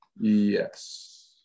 Yes